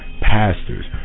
pastors